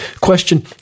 Question